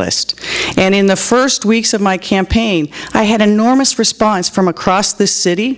list and in the first weeks of my campaign i had an enormous response from across the city